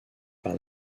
par